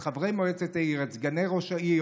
את חברי מועצת העיר ואת סגני ראש העיר,